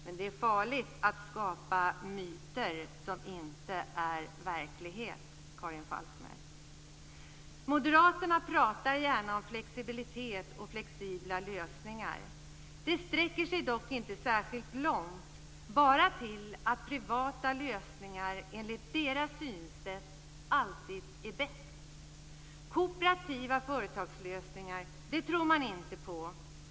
Men det är farligt att skapa myter som inte är verklighet, Karin Falkmer. Moderaterna pratar gärna om flexibilitet och flexibla lösningar. De sträcker sig dock inte särskilt långt, utan bara till att privata lösningar enligt deras synsätt alltid är bäst. Kooperativa företagslösningar tror de inte på.